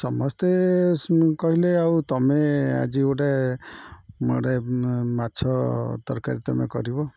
ସମସ୍ତେ କହିଲେ ଆଉ ତୁମେ ଆଜି ଗୋଟେ ଗୋଟେ ମାଛ ତରକାରୀ ତୁମେ କରିବ